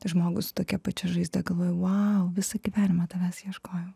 žmogų su tokia pačia žaizda galvoje vau visą gyvenimą tavęs ieškojau